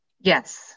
Yes